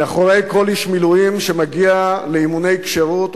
מאחורי כל איש מילואים שמגיע לאימוני כשירות או